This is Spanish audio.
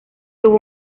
tuvo